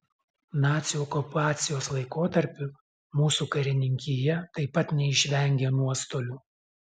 nacių okupacijos laikotarpiu mūsų karininkija taip pat neišvengė nuostolių